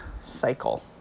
cycle